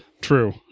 True